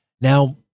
now